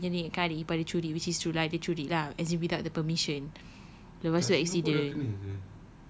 so rupanya dia ingatkan adik ipar dia curi which is true lah dia curi lah as in without the permission lepas tu accident